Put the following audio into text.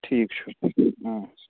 ٹھیٖک چھُ